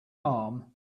harm